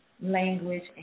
language